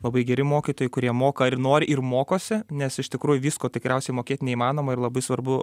labai geri mokytojai kurie moka ir nori ir mokosi nes iš tikrųjų visko tikriausiai mokėt neįmanoma ir labai svarbu